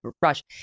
brush